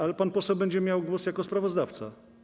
Ale pan poseł będzie miał głos jako sprawozdawca.